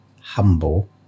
humble